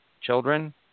children